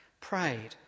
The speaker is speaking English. prayed